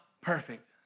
perfect